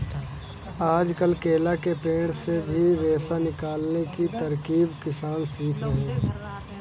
आजकल केला के पेड़ से भी रेशा निकालने की तरकीब किसान सीख रहे हैं